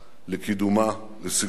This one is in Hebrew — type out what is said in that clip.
לקידומה, לשגשוגה,